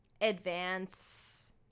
advance